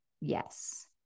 yes